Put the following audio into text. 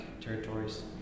territories